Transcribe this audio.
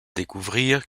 découvrir